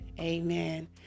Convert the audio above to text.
Amen